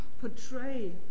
portray